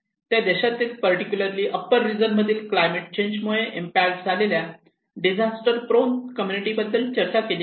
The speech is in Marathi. त्या देशातील पार्टिकुलरली अप्पर रिजन मधील क्लायमेट चेंज मुळे इम्पॅक्ट झालेल्या डिझास्टर प्रोन कम्युनिटी बद्दल चर्चा केली आहे